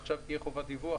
עכשיו תהיה חובת דיווח.